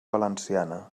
valenciana